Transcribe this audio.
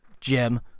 Jim